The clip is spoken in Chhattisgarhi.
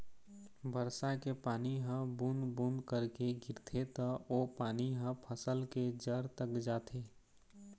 बरसा के पानी ह बूंद बूंद करके गिरथे त ओ पानी ह फसल के जर तक जाथे